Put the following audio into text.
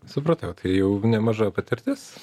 supratau tai jau nemaža patirtis